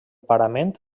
parament